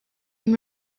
and